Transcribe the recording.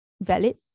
valid